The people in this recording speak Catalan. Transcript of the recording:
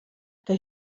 que